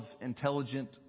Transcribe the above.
intelligent